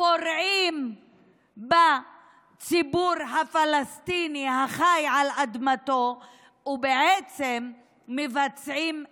פורעים בציבור הפלסטיני החי על אדמתו ובעצם מבצעים פשעים.